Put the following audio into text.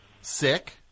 sick